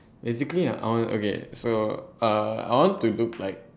basically I want okay so uh I want to look like